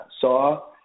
saw